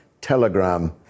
Telegram